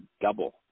double